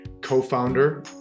co-founder